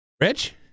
Rich